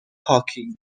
hockey